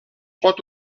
pot